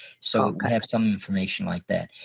so i have some information like that.